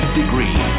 degree